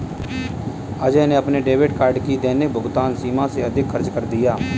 अजय ने अपने debit card की दैनिक भुगतान सीमा से अधिक खर्च कर दिया